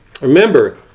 Remember